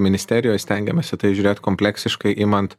ministerijoj stengiamės į tai žiūrėt kompleksiškai imant